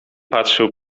patrzył